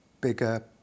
bigger